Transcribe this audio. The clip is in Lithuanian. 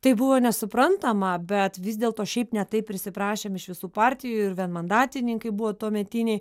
tai buvo nesuprantama bet vis dėlto šiaip ne taip prisiprašėm iš visų partijų ir vienmandatininkai buvo tuometiniai